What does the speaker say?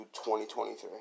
2023